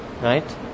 Right